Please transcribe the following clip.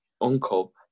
uncle